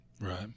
Right